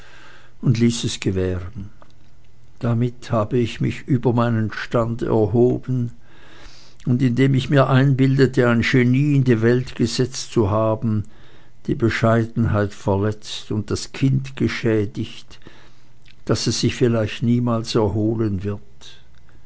und ließ es gewähren damit habe ich mich über meinen stand erhoben und indem ich mir einbildete ein genie in die welt gesetzt zu haben die bescheidenheit verletzt und das kind geschädigt daß es sich vielleicht niemals erholen wird